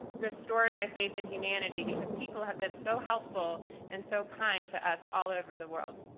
restored my faith in humanity because people have been so helpful and so kind to us all over the world.